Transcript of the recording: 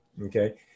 Okay